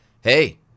Hey